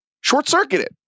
short-circuited